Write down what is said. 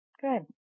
Good